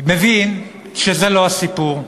מבין שזה לא הסיפור.